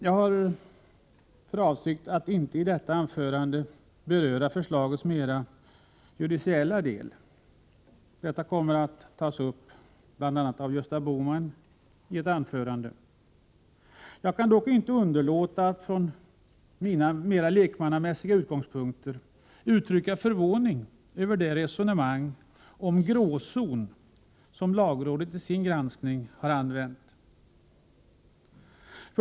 Jag har inte för avsikt att i detta anförande beröra förslagets mera judiciella del. Detta kommer att tas upp bl.a. av Gösta Bohman i ett senare anförande. Jag kan dock inte underlåta att från mina mera lekmannamässiga utgångspunkter uttrycka förvåning över det resonemang om ”gråzon” som lagrådet i sin granskning har använt.